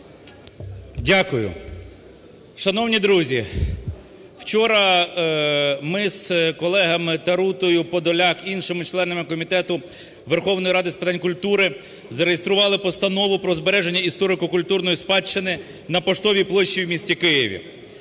Дякую. Шановні друзі! Вчора ми з колегами Тарутою, Подоляк, іншими членами Комітету Верховної Ради з питань культури зареєстрували Постанову про збереження історико-культурної спадщини на Поштовій площі в місті Києві.